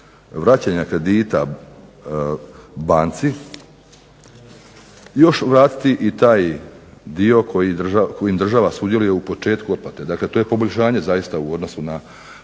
vraćanja kredita banci još vratiti i taj dio kojim država sudjeluje u početku otplate. Dakle, to je poboljšanje zaista u odnosu na